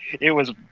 it was,